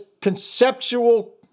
conceptual